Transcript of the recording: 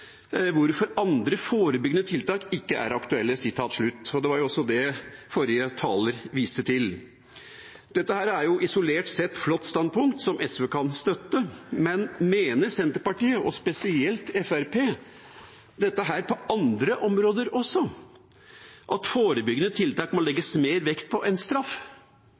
hvorfor andre forebyggende tiltak ikke er aktuelle.» Det var jo også det forrige taler viste til. Dette er isolert sett et flott standpunkt som SV kan støtte. Men mener Senterpartiet, og spesielt Fremskrittspartiet, dette på andre områder også, at forebyggende tiltak må legges mer vekt på enn straff?